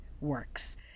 works